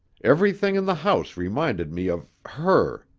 every thing in the house reminded me of her.